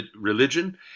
religion